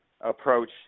approach